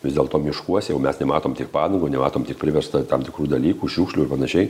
vis dėlto miškuose jau mes nematom tiek padangų nematom tiek priversta tam tikrų dalykų šiukšlių ir panašiai